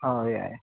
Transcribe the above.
हो या या